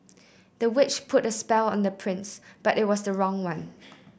the witch put a spell on the prince but it was the wrong one